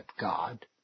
God